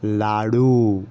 लाडू